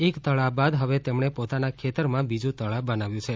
એક તળાવ બાદ હવે તેમણે પોતાના ખેતરમાં બીજું તળાવ બનાવ્યું છે